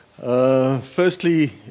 Firstly